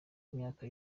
imyaka